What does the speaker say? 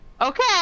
okay